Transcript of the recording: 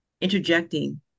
interjecting